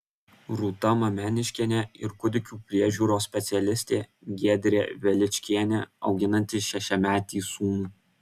rūta mameniškienė ir kūdikių priežiūros specialistė giedrė veličkienė auginanti šešiametį sūnų